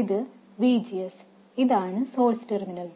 ഇത് VGS ഇതാണ് source terminal